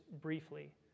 briefly